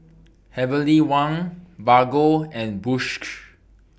Heavenly Wang Bargo and Bosch